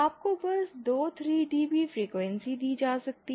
आपको बस दो 3dB फ्रीक्वेंसी दी जा सकती हैं